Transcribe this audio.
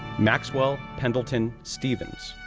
maxwell pendleton stevens,